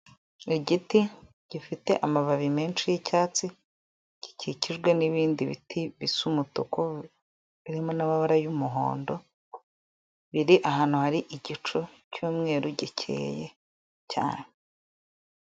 Igiti gifite amababi menshi y'icyatsi gikikijwe n'ibindi biti bisa umutuku birimo n'amabara y'umuhondo biri ahantu hari igicu cy'umweru gikeye cyane.